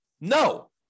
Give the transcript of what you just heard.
No